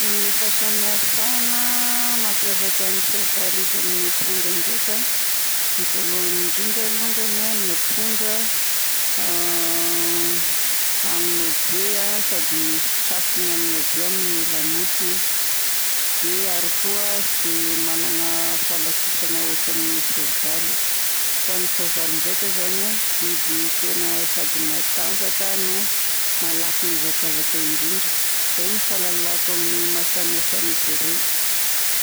Ny fahasamihafana mampiavaka ny soavaly izy amin'ny ampondra ndraika ny voalohany indrindra alongany ny ampondra amin'ny habe sady misy trafo hambo be amin'ny lamosina ary koa tsy dia manana fahalakisana ohatran'ny soavaly. Fa ny soavaly ndraika zany a sady biby tena sady matanjaka no malaky mihazakazaka indrindra. Izay no fahalalako amin'ny mahasamihafa an'izy roy.